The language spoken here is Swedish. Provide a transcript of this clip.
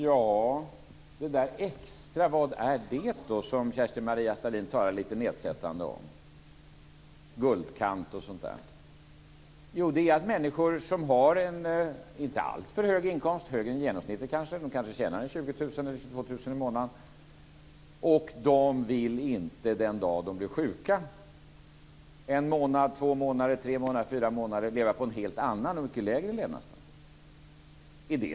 Fru talman! Vad är då det där extra som Kerstin Maria Stalin talar lite nedsättande om - guldkant osv.? Jo, det är att människor som har en inte alltför hög inkomst - kanske högre än genomsnittet; 20 000 22 000 kr i månaden - när de blir sjuka i en, två, tre eller fyra månader inte vill leva på en mycket lägre levnadsstandard.